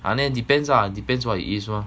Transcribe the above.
ah then depends ah depends what it is lor